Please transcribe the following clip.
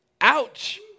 Ouch